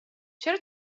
چرا